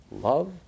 Love